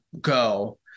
go